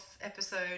episode